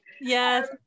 Yes